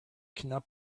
cannot